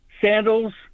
sandals